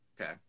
Okay